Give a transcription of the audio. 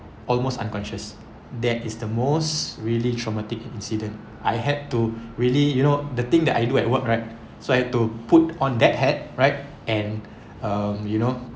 almost unconscious that is the most really traumatic incident I had to really you know the thing that I do at work right so I had to put on that hat right and um you know